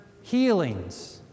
healings